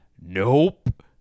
nope